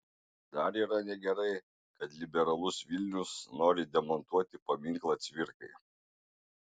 dar yra negerai kad liberalus vilnius nori demontuoti paminklą cvirkai